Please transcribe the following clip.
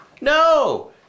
No